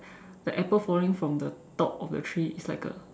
the apple falling from the top of the tree is like a